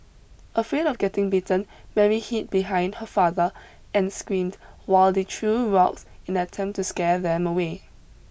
afraid of getting bitten Mary hid behind her father and screamed while they threw rocks in an attempt to scare them away